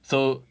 so